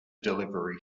delivery